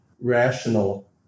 rational